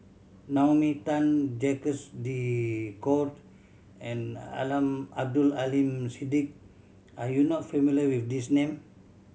Naomi Tan Jacques De Court and Abdul Aleem Siddique are you not familiar with these name